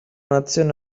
nazione